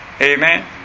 Amen